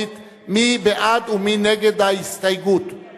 מי בעד, מי נגד, מי